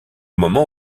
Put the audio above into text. moment